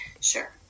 Sure